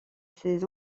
ses